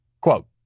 quote